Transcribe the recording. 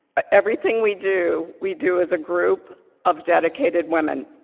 ah everything we do, we do as a group of dedicated women.